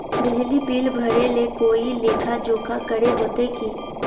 बिजली बिल भरे ले कोई लेखा जोखा करे होते की?